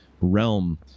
realm